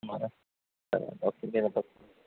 మరి ఓకే మీరు అయితే